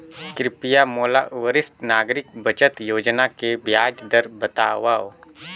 कृपया मोला वरिष्ठ नागरिक बचत योजना के ब्याज दर बतावव